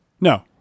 No